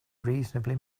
reasonably